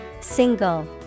Single